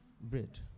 bread